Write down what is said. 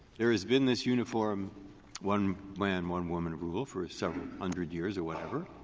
there has been this uniform one man one woman rule for several hundred years or whatever,